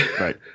Right